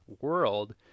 world